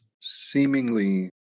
seemingly